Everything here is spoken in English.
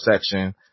section